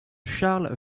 charles